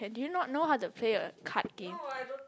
do you not know how to play a card game